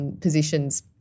positions